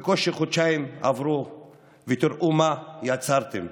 בקושי חודשיים עברו ותראו מה יצרתם: